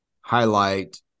highlight